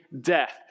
death